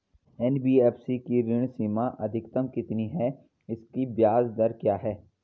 NBFC की ऋण सीमा अधिकतम कितनी है इसकी ब्याज दर क्या है?